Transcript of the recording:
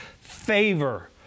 favor